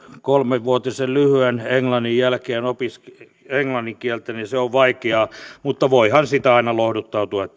kolmevuotisen lyhyen englannin jälkeen englannin kieltä se on vaikeaa mutta voihan sitä aina lohduttautua